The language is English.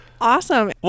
awesome